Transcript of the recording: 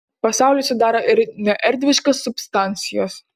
pasaulį sudaro ir neerdviškos substancijos